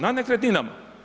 Na nekretninama.